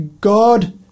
God